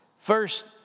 First